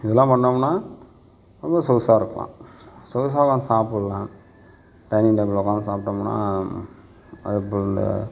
இதலாம் பண்ணோம்னால் ரொம்ப சொகுசாகருக்கலாம் சொகுசாக உக்கார்ந்து சாப்பிட்லாம் டைனிங் டேபிளில் உட்கார்ந்து சாப்பிட்டோம்னா